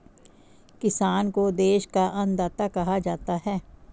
किसान को देश का अन्नदाता कहा जाता है